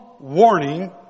Warning